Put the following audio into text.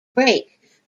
break